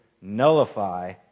nullify